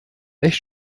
echt